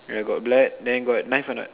ya got blood then got knife or not